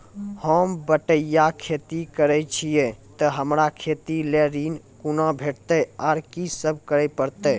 होम बटैया खेती करै छियै तऽ हमरा खेती लेल ऋण कुना भेंटते, आर कि सब करें परतै?